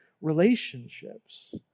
relationships